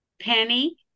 Penny